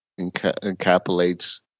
encapsulates